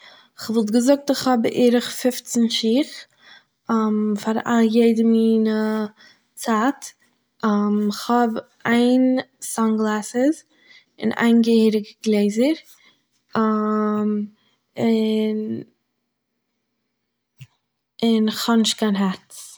איך וואלט געזאגט איך האב בערך פופצן שיך, פאר יעדע מין צייט, און איך האב איין סאנגלעסעס און איין געהעריגע גלעזער, און, און איך האב נישט קיין העטס